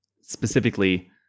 Specifically